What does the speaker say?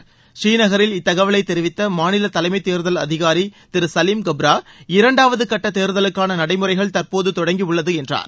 பூநீநகரில் இத்தகவலை தெரிவித்த மாநில தலைமை தேர்தல் அதிகாரி திரு கலீம் கப்ரா இரண்டாவது கட்ட தேர்தலுக்கான நடைமுறைகள் தற்போது தொடங்கியுள்ளது என்றார்